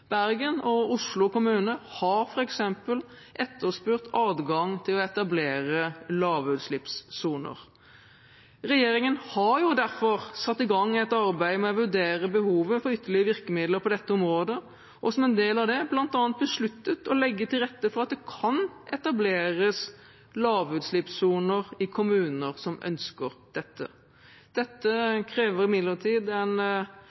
Bergen kommune og Oslo kommune har f.eks. etterspurt adgang til å etablere lavutslippssoner. Regjeringen har derfor satt i gang et arbeid med å vurdere behovet for ytterligere virkemidler på dette området og har, som en del av dette bl.a., besluttet å legge til rette for at det kan etableres lavutslippssoner i kommuner som ønsker det. Dette krever imidlertid en